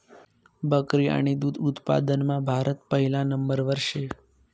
बकरी आणि दुध उत्पादनमा भारत पहिला नंबरवर शे